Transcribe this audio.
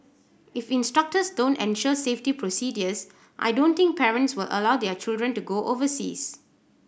if instructors don't ensure safety procedures I don't think parents will allow their children to go overseas